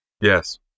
Yes